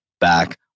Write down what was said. back